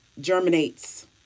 germinates